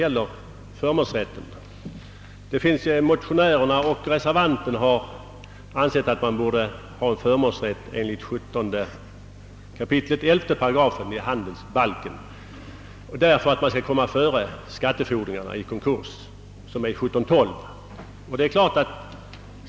Både motionärerna och reservanten har ansett att vi borde ha en förmånsrätt enligt 17 kap. 11 § handelsbalken, så att man vid konkurser kan komma före skattefordringarna som har förmånsrätt enligt handelsbalken 17: 12.